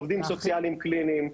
עובדים סוציאליים קליניים,